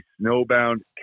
snowbound